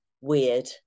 weird